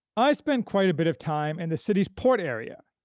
i spent quite a bit of time in the city's port area,